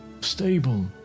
Stable